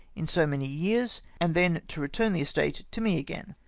in so many years, and then to return the estate to me again.